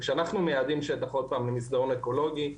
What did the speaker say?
כשאנחנו מייעדים שטח, עוד פעם, למסדרון אקולוגי,